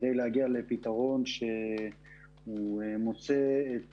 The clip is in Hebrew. כדי להגיע לפתרון שמוצא את